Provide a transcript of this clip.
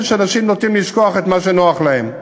מעניין שאנשים נוטים לשכוח את מה שנוח להם.